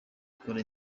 akora